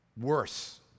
worse